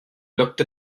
looked